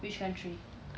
which country